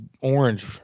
orange